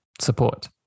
support